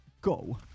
Go